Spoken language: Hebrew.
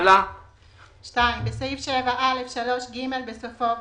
בסעיף 7(א)(3)(ג), בסופו בא: